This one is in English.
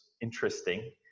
interesting